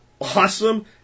Awesome